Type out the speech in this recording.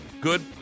good